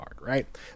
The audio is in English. right